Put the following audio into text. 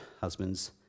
husbands